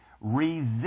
resist